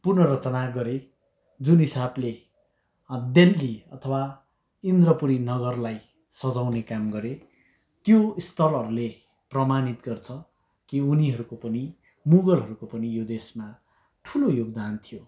पुनर्रचना गरे जुन हिसाबले दिल्ली अथवा इन्द्रपुरी नगरलाई सजाउने काम गरे त्यो स्थलहरूले प्रमाणित गर्छ कि उनीहरूको पनि मुगलहरूको पनि यो देशमा ठुलो योगदान थियो